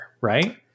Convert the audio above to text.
right